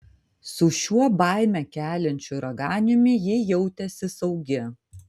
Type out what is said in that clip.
su šiuo baimę keliančiu raganiumi ji jautėsi saugi